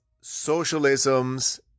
socialisms